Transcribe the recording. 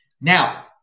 Now